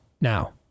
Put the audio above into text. Now